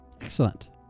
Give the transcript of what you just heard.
Excellent